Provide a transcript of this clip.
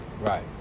Right